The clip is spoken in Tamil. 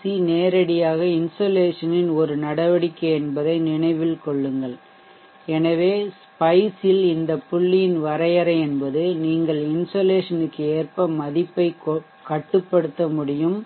சி நேரடியாக இன்சோலேஷனின் ஒரு நடவடிக்கை என்பதை நினைவில் கொள்ளுங்கள் எனவே ஸ்பைஷ் இல் இந்த புள்ளியின் வரையறை என்பது நீங்கள் இன்சோலேஷனுக்கு ஏற்ப மதிப்பைக் கட்டுப்படுத்த முடியும்